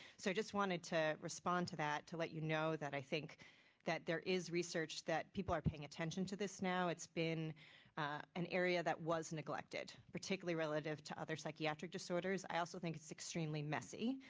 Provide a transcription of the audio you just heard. so just wanted to respond to that to let you know that i think that there is research that people are paying attention to this now, it's been an area that was neglected, particularly relative to other psychiatric disorders. i also think it's extremely messy,